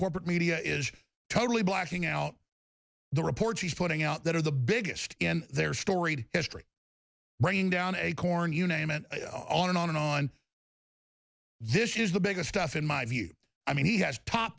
corporate media is totally blocking out the reports he's putting out that are the biggest in their storied history bringing down acorn you name it on and on and on this is the biggest stuff in my view i mean he has top